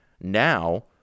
Now